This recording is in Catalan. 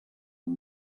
amb